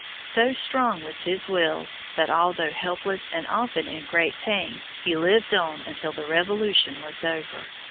so strong was his will, that, although helpless and often in great pain, he lived on until the revolution was over.